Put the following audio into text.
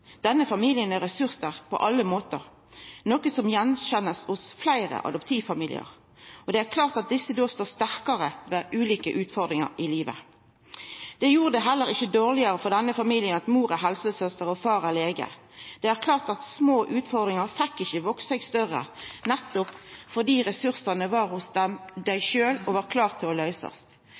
Denne familien er ressurssterk på alle måtar, noko ein kan kjenna att hos fleire adoptivfamiliar, og det er klart at desse da står sterkare ved ulike utfordringar i livet. Det gjorde det heller ikkje verre for denne familien at mor er helsesøster og far er lege. Det er klart at små utfordringar fekk ikkje veksa seg større, nettopp fordi ressursane var hos dei sjølve og var klare til å